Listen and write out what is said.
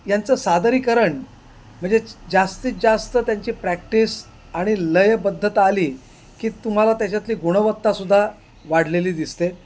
यांचं सादरीकरण म्हणजेच जास्तीत जास्त त्यांची प्रॅक्टिस आणि लयबद्धता आली की तुम्हाला त्याच्यातली गुणवत्तासुद्धा वाढलेली दिसते